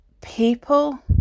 People